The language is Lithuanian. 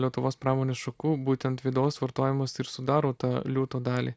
lietuvos pramonės šakų būtent vidaus vartojimas ir sudaro tą liūto dalį